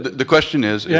the question is, yeah